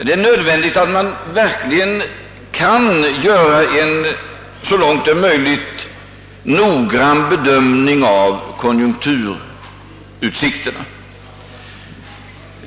Det är nödvändigt att man verkligen kan göra en så noggrann bedömning av konjunkturutsikterna som möjligt.